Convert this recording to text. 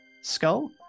skull